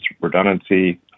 redundancy